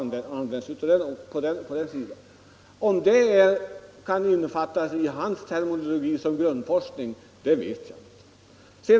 Om det enligt herr Lorentzons terminologi innefattas i begreppet grundforskning vet jag inte.